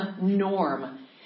norm